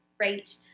right